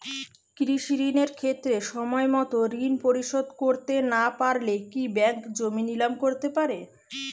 কৃষিঋণের ক্ষেত্রে সময়মত ঋণ পরিশোধ করতে না পারলে কি ব্যাঙ্ক জমি নিলাম করতে পারে?